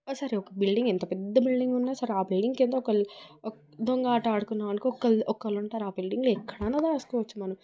అసలు ఒక బిల్డింగ్ ఎంత పెద్ద బిల్డింగ్ ఉన్నా సరే ఆ బిల్లింగ్ కెళ్ళీ ఒకళ్ళు దొంగ ఆట ఆడుకున్నాం అనుకో ఒకళ్ళు ఒకళ్ళు ఉంటారు ఆ బిల్డింగ్లో ఎక్కడన్నా దాసుకోవచ్చు మనం